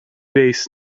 days